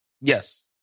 Yes